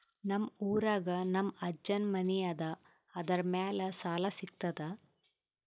ನಮ್ ಊರಾಗ ನಮ್ ಅಜ್ಜನ್ ಮನಿ ಅದ, ಅದರ ಮ್ಯಾಲ ಸಾಲಾ ಸಿಗ್ತದ?